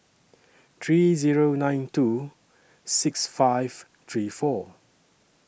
three Zero nine two six five three four